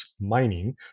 mining